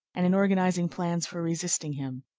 and in organizing plans for resisting him.